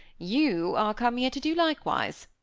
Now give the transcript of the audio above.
you are come here to do likewise.